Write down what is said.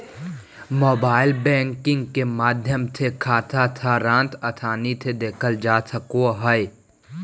mobile banking के माध्यम से खाता सारांश आसानी से देखल जा सको हय